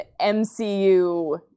MCU